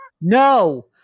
No